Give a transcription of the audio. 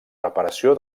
reparació